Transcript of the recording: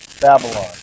Babylon